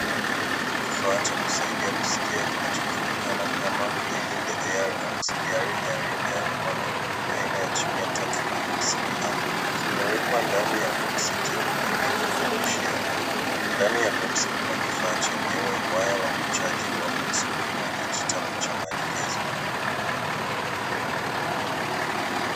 Kifaa cha kusaidia kusikia kinachojulikana kama behind the ear auxiliary hearing earphone aina ya CH -B350A .Kimewekwa ndani ya boksi jeupe lenye maandishi ya buluu, ndani ya boksi kuna kifaa chenyewe, waya wa kuchaji wa USB na kijitabu cha maelekezo.